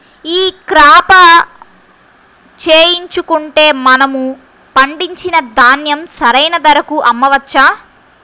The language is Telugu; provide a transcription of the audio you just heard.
ఈ క్రాప చేయించుకుంటే మనము పండించిన ధాన్యం సరైన ధరకు అమ్మవచ్చా?